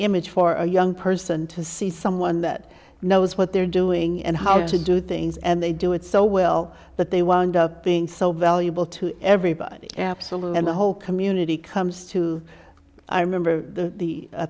image for a young person to see someone that knows what they're doing and how to do things and they do it so well that they wound up being so valuable to everybody absolutely and the whole community comes to i remember